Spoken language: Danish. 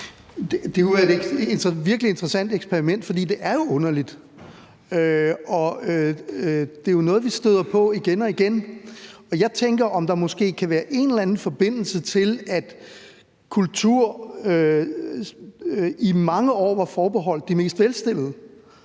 Det kunne være et virkelig interessant eksperiment, for det er jo underligt. Og det er noget, vi støder på igen og igen. Jeg tænker, om der måske kan være en eller anden forbindelse til, at kultur i mange år var forbeholdt de mest velstillede,